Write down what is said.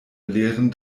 lehren